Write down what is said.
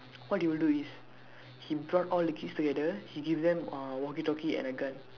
what he will do is he brought all the kids together he gives them uh walkie talkie and a gun